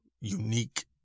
unique